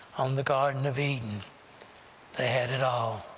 on the garden of eden they had it all